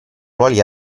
ruoli